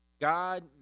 God